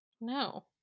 No